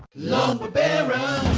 lumber baron,